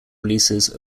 releases